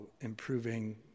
improving